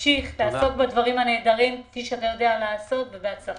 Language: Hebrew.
תמשיך ותעסוק בדברים הנהדרים כפי שאתה יודע לעשות ובהצלחה.